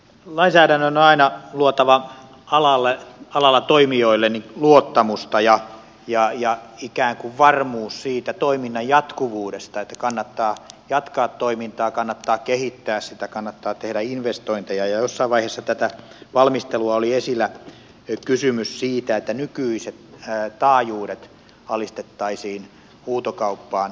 lainsäädännön on aina luotava alalle alalla toimijoille luottamusta ja ikään kuin varmuus siitä toiminnan jatkuvuudesta että kannattaa jatkaa toimintaa kannattaa kehittää sitä kannattaa tehdä investointeja ja jossain vaiheessa tätä valmistelua oli esillä kysymys siitä että nykyiset taajuudet alistettaisiin huutokauppaan